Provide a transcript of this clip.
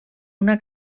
una